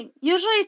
usually